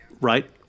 Right